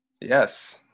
Yes